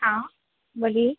हाँ बोलिए